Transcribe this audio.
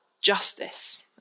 justice